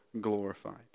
glorified